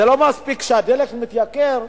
זה לא מספיק שהדלק מתייקר,